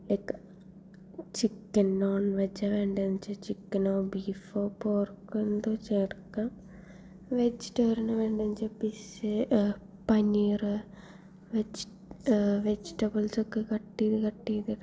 like chicken നോൺവെജാണോ വേണ്ടതെന്ന് വച്ചാൽ ചിക്കനോ ബീഫോ പോർക്കോ എന്തോ ചേർക്കാം വെജിറ്റേറിയനാണോ വേണ്ടതെന്ന് വച്ചാൽ പിസ്സ പനീർ വെജ് വെജിറ്റബിൾസൊക്കെ കട്ടു ചെയ്ത് കട്ടു ചെയ്തിടാം